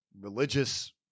religious